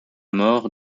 mort